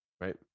right